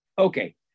Okay